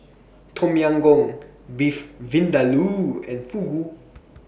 Tom Yam Goong Beef Vindaloo and Fugu